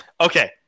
Okay